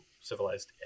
civilized